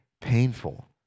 painful